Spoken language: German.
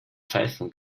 pfeifen